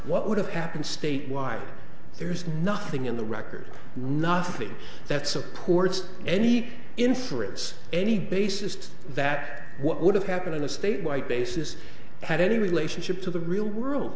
what would have happened state why there's nothing in the record nothing that supports any inference any bassists that what would have happened in a statewide basis had any relationship to the real world